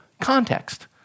context